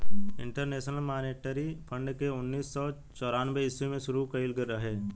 international monetary fund के उन्नीस सौ चौरानवे ईस्वी में शुरू कईल गईल रहे